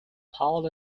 paul